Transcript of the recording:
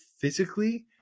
physically